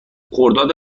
خرداد